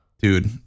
Dude